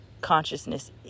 consciousness